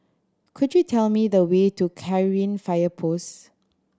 could you tell me the way to Fire Post